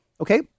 okay